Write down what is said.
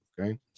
okay